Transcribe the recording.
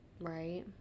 Right